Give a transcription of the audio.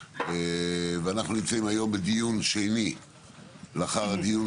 אנחנו נמצאים היום בדיון שני לאחר הדיון